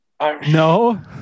No